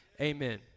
Amen